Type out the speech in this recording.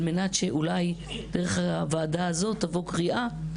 מנת שאולי דרך הוועדה הזאת תבוא קריאה.